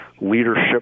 leadership